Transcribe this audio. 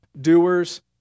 doers